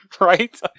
Right